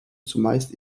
zumeist